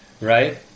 Right